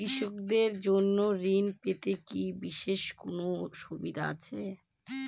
কৃষকদের জন্য ঋণ পেতে কি বিশেষ কোনো সুবিধা আছে?